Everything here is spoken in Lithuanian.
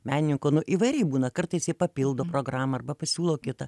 menininko nu įvairiai būna kartais jie papildo programą arba pasiūlo kitą